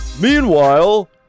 Meanwhile